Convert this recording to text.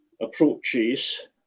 approaches